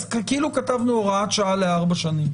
כאילו כתבנו הוראת שעה לארבע שנים.